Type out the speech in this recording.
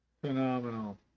Phenomenal